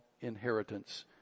inheritance